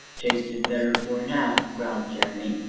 tasted better afore now! growled jeremy,